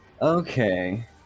Okay